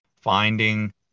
finding